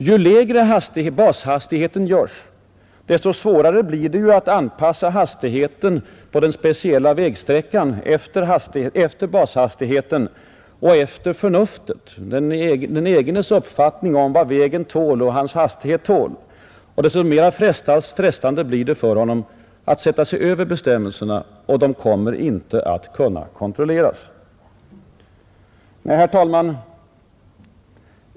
Ju lägre bashastigheten görs, desto svårare blir det att anpassa hastigheten på den speciella vägsträckan efter bashastigheten och förnuftet, efter den egna uppfattningen om vad vägen och säkerheten tål. Desto mera frestande blir det för föraren att sätta sig över bestämmelserna. Och de kommer inte att kunna kontrolleras. Nej, herr talman!